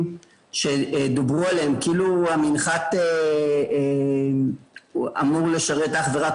תודה, אדוני, בוא נעבור לעניין.